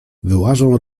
wyłażą